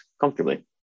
comfortably